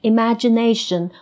Imagination